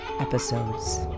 episodes